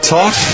Talk